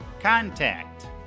contact